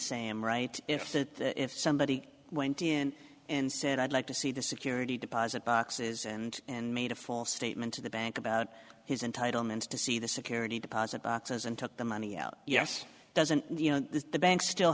same right if that if somebody went in and said i'd like to see the security deposit boxes and and made a false statement to the bank about his entitlements to see the security deposit boxes and took the money out yes doesn't you know the bank still